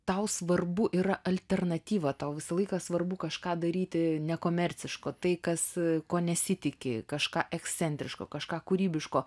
tau svarbu yra alternatyva tau visą laiką svarbu kažką daryti nekomerciško tai kas ko nesitiki kažką ekscentriško kažką kūrybiško